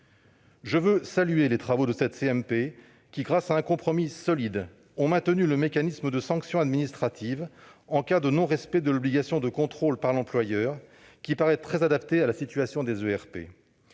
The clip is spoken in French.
Je veux saluer les travaux de cette CMP. Grâce à un compromis solide, ils ont maintenu le mécanisme de sanction administrative en cas de non-respect de l'obligation de contrôle par l'employeur, qui paraît très adapté à la situation des ERP.